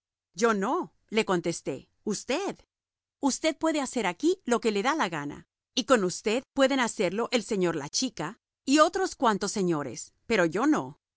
gana yo no le contesté usted usted puede hacer aquí lo que le dé la gana y con usted pueden hacerlo el sr la chica y otros cuantos señores pero yo no